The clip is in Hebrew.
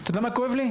אתה יודע מה כואב לי?